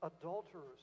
adulterers